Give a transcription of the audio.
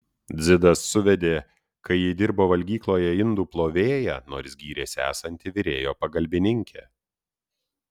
dzidas suvedė kai ji dirbo valgykloje indų plovėja nors gyrėsi esanti virėjo pagalbininkė